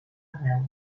arreu